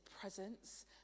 presence